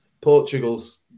Portugal's